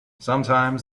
sometimes